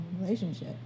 relationship